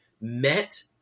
met